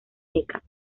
teca